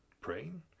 praying